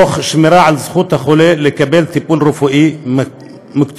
תוך שמירה על זכות החולה לקבל טיפול רפואי מקצועי,